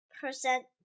percent